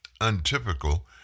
untypical